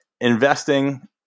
investing